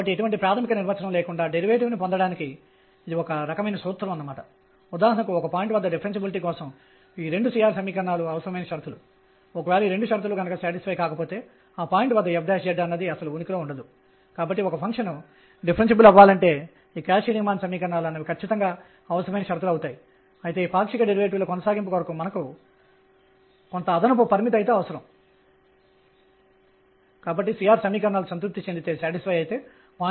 కాబట్టి మనం ఇప్పుడు ప్రవేశపెట్టిన ఒక సమతలంలో తిరిగే ఎలక్ట్రాన్ల కక్ష్యలు విల్సన్ సోమెర్ఫీల్డ్ క్వాంటైజేషన్ నిబంధనల ద్వారా కూలుంబ్ పొటెన్షియల్ ప్రభావంతో కదులుతున్నప్పుడు అనే ఆలోచనను సాధారణీకరిస్తాయి అవి ఇప్పుడు అదే శక్తిని కలిగి ఉన్న దాని కంటే ఎక్కువ కక్ష్యలు ఉంటాయి అయినప్పటికి విభిన్న క్వాంటం సంఖ్యలు ఉంటాయి